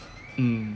mm